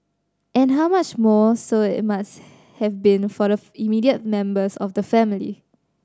and how much more so it must have been for the immediate members of the family